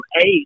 eight